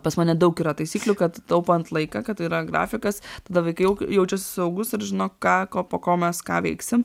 pas mane daug yra taisyklių kad taupant laiką kad yra grafikas tada vaikai jau jaučiasi saugūs ir žino ką ko po ko mes ką veiksim